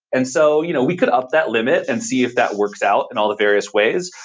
and so, you know we could up that limit and see if that works out in all the various ways.